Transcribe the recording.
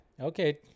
okay